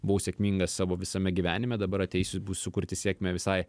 buvau sėkmingas savo visame gyvenime dabar ateisiu bus sukurti sėkmę visai